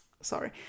sorry